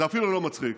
זה אפילו לא מצחיק.